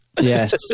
Yes